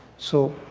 so